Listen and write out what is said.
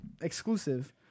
exclusive